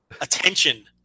attention